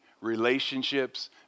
relationships